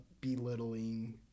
belittling